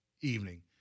evening